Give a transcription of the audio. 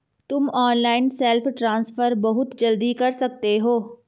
तुम online self transfer बहुत जल्दी कर सकते हो